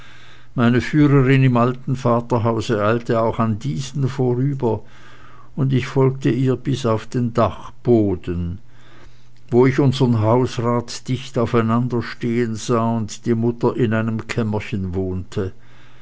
meine führerin im alten vaterhause eilte auch an diesen vorüber und ich folgte ihr bis auf den dachboden wo ich unsern hausrat dicht aufeinanderstehen sah und die mutter in einem kämmerchen wohnte